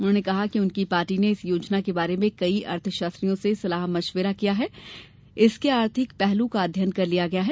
उन्होंने कहा कि उनकी पार्टी ने इस योजना के बारे में कई अर्थशास्त्रियों से सलाह मशविरा किया है और इसके आर्थिक पहलू का अध्ययन कर लिया गया है